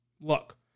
Look